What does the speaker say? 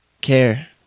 care